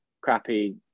crappy